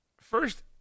first